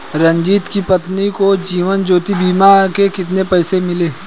रंजित की पत्नी को जीवन ज्योति बीमा के कितने पैसे मिले?